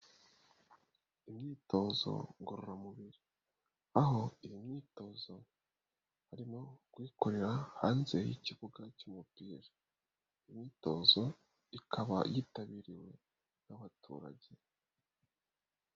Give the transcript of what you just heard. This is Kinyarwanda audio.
Imyitozo ngororamubiri aho iyo myitozo barimo kuyikorera hanze y'ikibuga cy'umupira, imyitozo ikaba yitabiriwe n'abaturage.